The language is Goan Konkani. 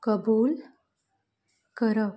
कबूल करप